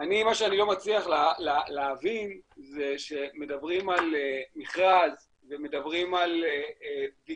מה שאני לא מצליח להבין זה שמדברים על מכרז ומדברים על בדיקות,